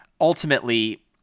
Ultimately